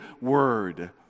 word